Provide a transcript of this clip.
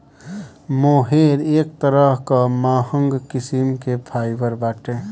मोहेर एक तरह कअ महंग किस्म कअ फाइबर बाटे